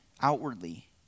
outwardly